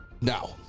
Now